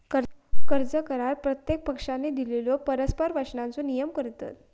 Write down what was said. कर्ज करार प्रत्येक पक्षानं दिलेल्यो परस्पर वचनांचो नियमन करतत